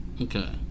Okay